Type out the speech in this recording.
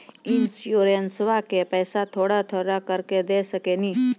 इंश्योरेंसबा के पैसा थोड़ा थोड़ा करके दे सकेनी?